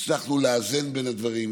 הצלחנו לאזן בין הדברים,